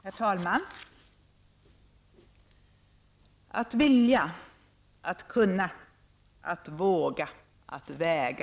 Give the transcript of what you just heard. Herr talman! Att vilja, att kunna, att våga, att väga .